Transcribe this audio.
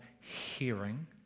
hearing